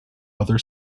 other